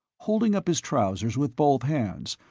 holding up his trousers with both hands,